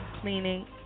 cleaning